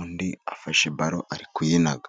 undi afashe baro ari kuyinaga.